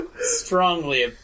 strongly